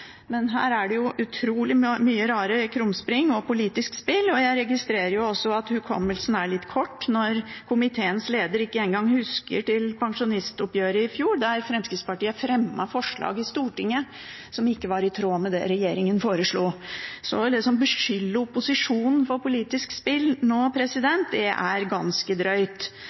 men her det utrolig mange rare krumspring og mye politisk spill. Jeg registrerer også at hukommelsen er litt kort når komiteens leder ikke engang husker tilbake til pensjonistoppgjøret i fjor, der Fremskrittspartiet fremmet forslag i Stortinget som ikke var i tråd med det regjeringen foreslo. Så det å beskylde opposisjonen for politisk spill nå er ganske drøyt. Jeg vet ikke hva som ligger fast her, men det er